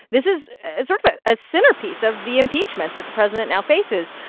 this is sort of a ah centerpiece of the impeachment that the president now faces.